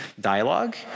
dialogue